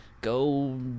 go